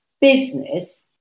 business